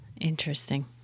Interesting